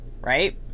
Right